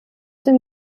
dem